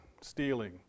stealing